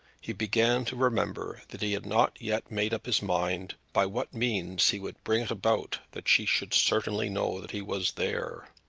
he began to remember that he had not yet made up his mind by what means he would bring it about that she should certainly know that he was there.